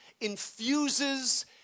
infuses